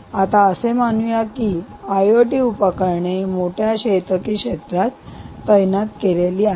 आणि आता असे मानूया की ही आयओटी उपकरणे मोठ्या शेतकी क्षेत्रात तैनात केलेली आहेत